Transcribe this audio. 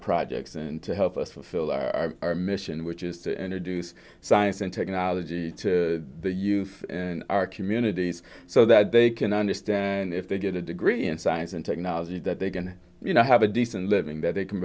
projects and to help us fulfill our mission which is to introduce science and technology to youth in our communities so that they can understand if they get a degree in science and technology that they can you know have a decent living that they can